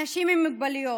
אנשים עם מוגבלויות,